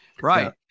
Right